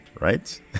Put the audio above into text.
right